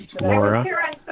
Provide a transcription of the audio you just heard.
Laura